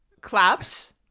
Claps